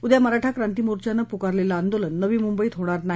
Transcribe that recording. उद्या मराठा क्रांती मोर्चानं पुकारलेलं आंदोलन नवी मुंबईत होणार नाही